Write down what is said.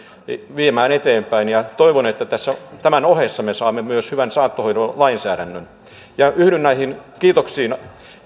viemään eteenpäin toivon että tämän ohessa me saamme myös hyvän saattohoidon lainsäädännön yhdyn näihin kiitoksiin